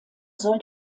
soll